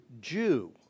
Jew